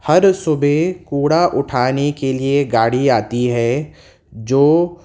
ہر صبح کوڑا اٹھانے کے لیے گاڑی آتی ہے جو